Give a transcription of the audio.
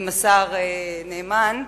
עם השר נאמן,